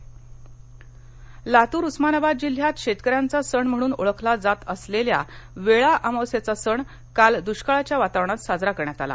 लातर लातूर उस्मानाबाद जिल्ह्यात शेतकऱ्याचा सण म्हणून ओळखला जात असलेल्या वेळाअमावास्येचा सण काल दुष्काळाच्या वातावरणात साजरा करण्यात आला